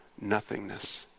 nothingness